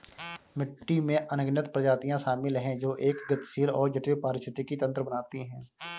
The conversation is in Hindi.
मिट्टी में अनगिनत प्रजातियां शामिल हैं जो एक गतिशील और जटिल पारिस्थितिकी तंत्र बनाती हैं